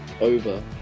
over